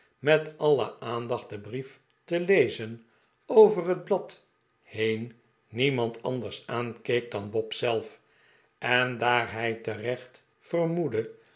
met alle aandacht den brief te lezen over het blad heen niemand anders aankeek dan bob zelf en daar hij terecht vermoedde